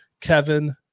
Kevin